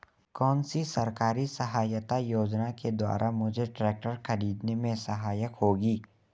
कौनसी सरकारी सहायता योजना के द्वारा मुझे ट्रैक्टर खरीदने में सहायक होगी?